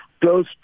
close